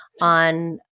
on